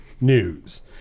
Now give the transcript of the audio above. news